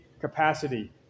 capacity